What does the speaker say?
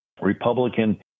Republican